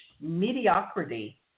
mediocrity